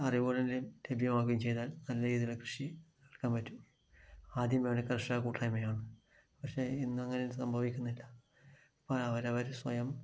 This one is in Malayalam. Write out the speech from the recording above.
അറിവുകളിലും ലഭ്യമാകുകയും ചെയ്താൽ നല്ല രീതിയിൽ കൃഷി ഇറക്കാൻ പറ്റും ആദ്യം വേണ്ടത് കർഷക കൂട്ടായിമയാണ് പക്ഷേ ഇന്ന് അങ്ങനെ സംഭവിക്കുന്നില്ല അവർ അവരവർ സ്വയം